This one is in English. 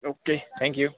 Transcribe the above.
okay thank you